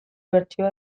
bertsioa